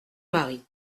mari